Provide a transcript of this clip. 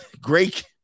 Great